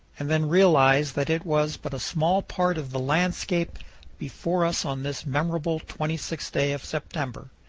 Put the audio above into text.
and then realize that it was but a small part of the landscape before us on this memorable twenty sixth day of september,